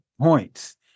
points